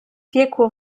piekło